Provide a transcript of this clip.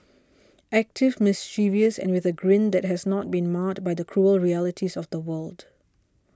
active mischievous and with a grin that has not been marred by the cruel realities of the world